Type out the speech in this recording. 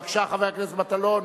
בבקשה, חבר הכנסת מטלון.